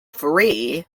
free